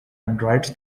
androids